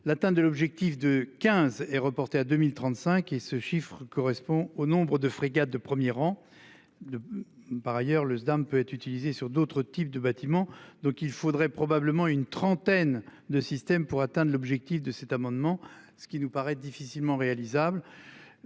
l'atteinte de l'objectif de 15 est reporté à 2035 et ce chiffre correspond au nombre de frégates de 1er rang de. Par ailleurs le dame peut être utilisé sur d'autres types de bâtiments. Donc il faudrait probablement une trentaine de systèmes pour atteindre l'objectif de cet amendement, ce qui nous paraît difficilement réalisable.